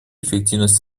эффективность